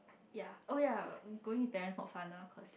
ya oh ya going with parents not fun lah cause